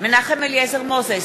מנחם אליעזר מוזס,